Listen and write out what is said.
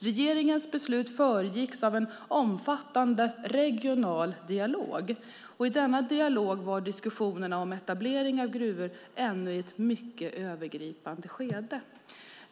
Regeringens beslut föregicks av en omfattande regional dialog. I denna dialog var diskussionerna om etableringen av gruvor ännu i ett mycket övergripande skede.